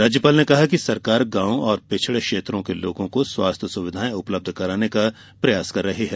राज्यपाल ने कहा कि सरकार गॉवों और पिछड़े क्षेत्रों के लोगों को स्वास्थ्य सुविधाएं उपलब्ध कराने का प्रयास कर रही है